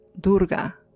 Durga